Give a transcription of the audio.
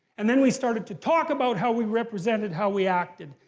and then we started to talk about how we represented how we acted.